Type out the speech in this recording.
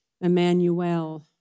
Emmanuel